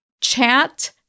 Chat